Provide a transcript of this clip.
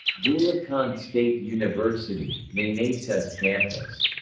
bulacan state university meneses campus